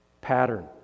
pattern